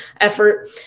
effort